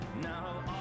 Now